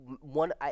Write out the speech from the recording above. one